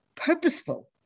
purposeful